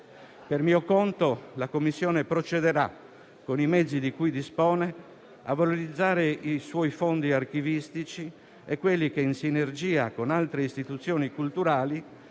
Per mio conto, la Commissione procederà, con i mezzi di cui dispone, a valorizzare i suoi fondi archivistici e quelli che in sinergia con altre istituzioni culturali